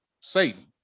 Satan